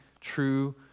true